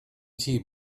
tnt